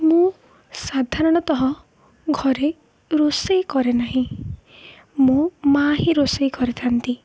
ମୁଁ ସାଧାରଣତଃ ଘରେ ରୋଷେଇ କରେ ନାହିଁ ମୋ ମାଆ ହିଁ ରୋଷେଇ କରିଥାନ୍ତି